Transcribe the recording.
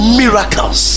miracles